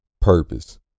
purpose